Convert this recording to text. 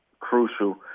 Crucial